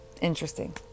interesting